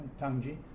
Tangji